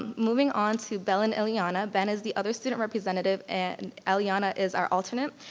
moving on to ben and eliana, ben is the other student representative and eliana is our alternate.